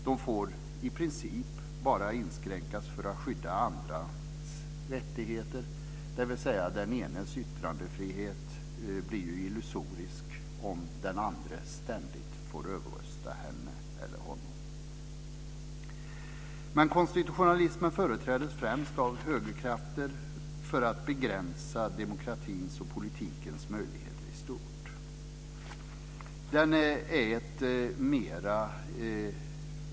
De får i princip inskränkas bara för att skydda andras rättigheter, dvs. den enes yttrandefrihet blir illusorisk om den andre ständigt får överrösta henne eller honom. Konstitutionalismen företräddes främst av högerkrafter för att begränsa demokratins och politikens möjligheter i stort.